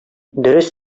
дөрес